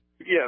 Yes